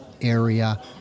area